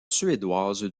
suédoise